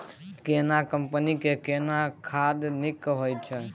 केना कंपनी के केना खाद नीक होय छै?